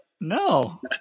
No